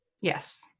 Yes